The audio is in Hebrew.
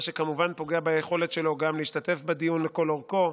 מה שכמובן פוגע ביכולת שלו גם להשתתף בדיון לכל אורכו,